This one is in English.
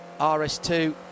RS2